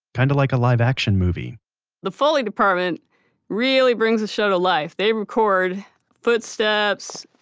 kinda like a live action movie the foley department really brings the show to life. they record footsteps,